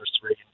three